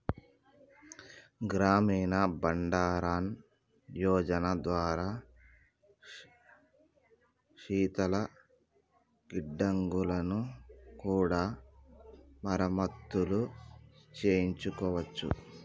గ్రామీణ బండారన్ యోజన ద్వారా శీతల గిడ్డంగులను కూడా మరమత్తులు చేయించుకోవచ్చు